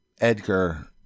Edgar